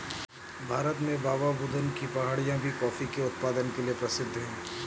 भारत में बाबाबुदन की पहाड़ियां भी कॉफी के उत्पादन के लिए प्रसिद्ध है